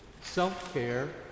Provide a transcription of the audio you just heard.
self-care